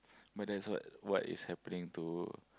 but that's what what is happening to